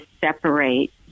separate